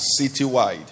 citywide